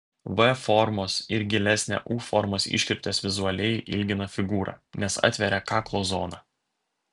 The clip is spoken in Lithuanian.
v formos ir gilesnė u formos iškirptės vizualiai ilgina figūrą nes atveria kaklo zoną